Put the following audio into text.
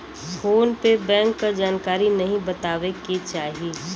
phone पे bank क जानकारी नाहीं बतावे के चाही